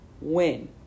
win